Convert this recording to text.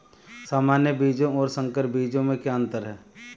सामान्य बीजों और संकर बीजों में क्या अंतर है?